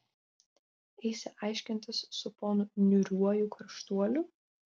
eisi aiškintis su ponu niūriuoju karštuoliu